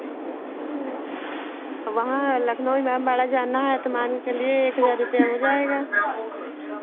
हाँ तो वहाँ लखनऊ इमामबाड़ा जाना है तो मान के चलिए एक हज़ार रुपैया हो जाएगा